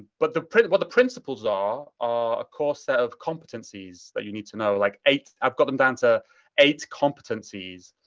but what the principles principles are are a core set of competencies that you need to know. like eight. i've got them down to eight competencies.